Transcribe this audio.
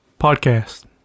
podcast